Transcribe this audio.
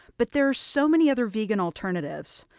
but there are so many other vegan alternatives.